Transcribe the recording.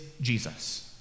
Jesus